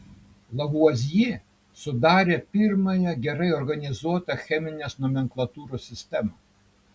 lavuazjė sudarė pirmąją gerai organizuotą cheminės nomenklatūros sistemą